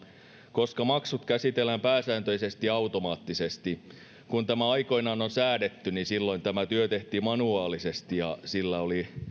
koska maksut käsitellään pääsääntöisesti automaattisesti kun tämä aikoinaan on säädetty niin silloin tämä työ tehtiin manuaalisesti ja sillä oli